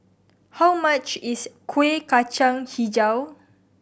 how much is Kuih Kacang Hijau